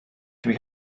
dwi